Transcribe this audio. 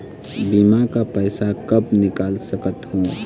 बीमा का पैसा कब निकाल सकत हो?